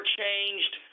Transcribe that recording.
changed